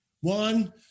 One